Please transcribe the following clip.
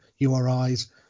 URIs